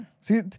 See